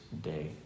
Day